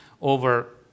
over